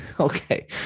Okay